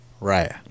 Right